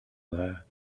there